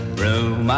room